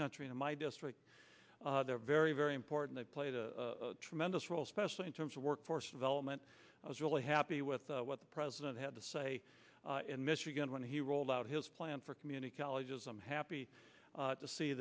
country in my district they're very very important played a tremendous role especially in terms of workforce development i was really happy with what the president had to say in michigan when he rolled out his plan for community colleges i'm happy to see